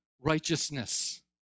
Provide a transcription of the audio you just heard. righteousness